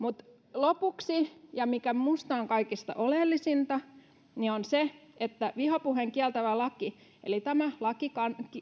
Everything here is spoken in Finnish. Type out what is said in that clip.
lopuksi mikä minusta on kaikista oleellisinta on se että vihapuheen kieltävä laki eli tämä laki